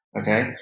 okay